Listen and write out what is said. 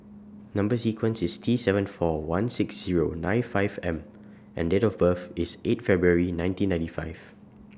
Number sequence IS T seven four one six Zero nine five M and Date of birth IS eight February nineteen ninety five